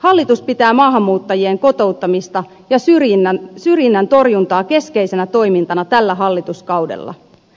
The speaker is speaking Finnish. hallitus pitää maahanmuuttajien kotouttamista ja syrjinnän torjuntaa keskeisenä toimintana tällä hallituskaudella